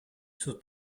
zur